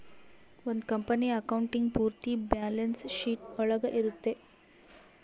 ಒಂದ್ company accounting ಪೂರ್ತಿ balance sheet ಒಳಗ ಇರುತ್ತೆ